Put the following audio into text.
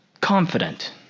confident